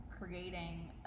creating